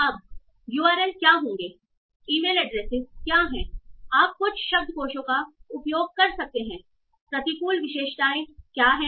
संदर्भ समय0758 अब URL क्या होंगे ईमेल एड्रेसेस क्या हैं आप कुछ शब्दकोशों का उपयोग कर सकते हैं प्रतिकूल विशेषताएँ क्या हैं